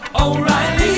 O'Reilly